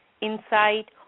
insight